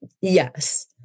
Yes